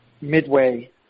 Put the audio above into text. midway